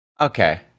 Okay